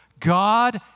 God